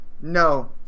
No